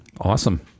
awesome